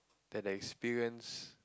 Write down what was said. than an experience